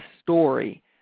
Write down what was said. story